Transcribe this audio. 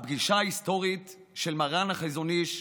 הפגישה ההיסטורית של מרן החזון איש,